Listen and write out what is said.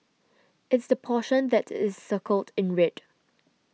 it's the portion that is circled in red